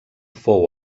fou